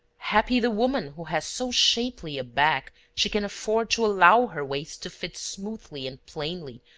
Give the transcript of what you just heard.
happy the woman who has so shapely a back she can afford to allow her waist to fit smoothly and plainly,